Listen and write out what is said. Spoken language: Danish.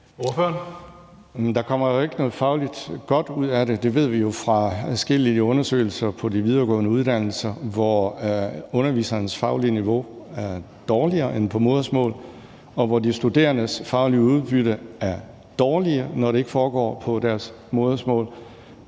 Der kommer jo ikke noget fagligt godt ud af det. Det ved vi fra adskillige undersøgelser på de videregående uddannelser, hvor underviserens faglige niveau er dårligere, når der ikke undervises på modersmålet, og hvor de studerendes faglige udbytte er dårligere, når det ikke foregår på deres modersmål.